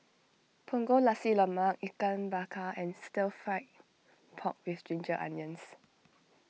Punggol Nasi Lemak Ikan Bakar and Stir Fry Pork with Ginger Onions